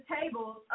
tables